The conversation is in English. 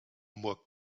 more